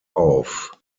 auf